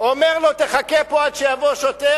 אומר לו: תחכה פה עד שיבוא שוטר.